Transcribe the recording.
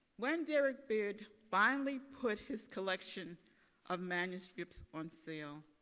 when derrick beard finally put his collection of manuscripts on sale,